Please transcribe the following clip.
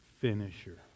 finisher